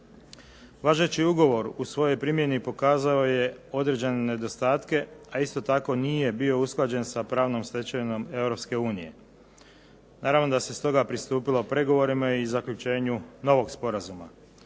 Važeći ugovor u svojoj primjeni pokazao je određene nedostatke, a isto tako nije bio usklađen sa pravnom stečevinom EU. Naravno da se stoga pristupilo pregovorima i zaključenju novog sporazuma.